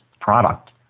product